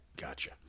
gotcha